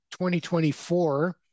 2024